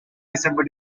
december